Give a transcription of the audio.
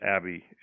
Abbey